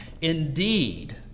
Indeed